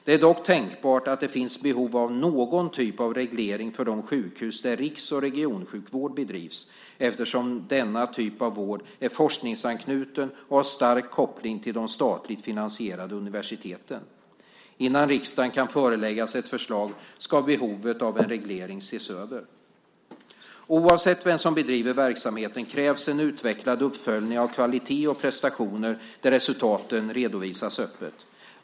Det är dock tänkbart att det finns behov av någon typ av reglering för de sjukhus där riks och regionsjukvård bedrivs, eftersom denna typ av vård är forskningsanknuten och har stark koppling till de statligt finansierade universiteten. Innan riksdagen kan föreläggas ett förslag ska behovet av en reglering ses över. Oavsett vem som bedriver verksamheten krävs en utvecklad uppföljning av kvalitet och prestationer där resultaten redovisas öppet.